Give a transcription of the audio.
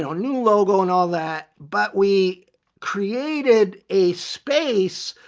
new logo and all that. but we created a space,